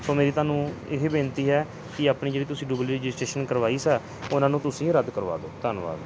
ਸੋ ਮੇਰੀ ਤੁਹਾਨੂੰ ਇਹ ਬੇਨਤੀ ਹੈ ਕਿ ਆਪਣੀ ਜਿਹੜੀ ਤੁਸੀਂ ਡੁਬਲੀ ਰਜਿਸਟ੍ਰੇਸ਼ਨ ਕਰਵਾਈ ਸੀ ਉਨ੍ਹਾਂ ਨੂੰ ਤੁਸੀਂ ਰੱਦ ਕਰਵਾ ਦਿਉ ਧੰਨਵਾਦ